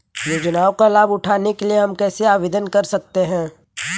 योजनाओं का लाभ उठाने के लिए हम कैसे आवेदन कर सकते हैं?